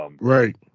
Right